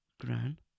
Gran